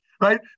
right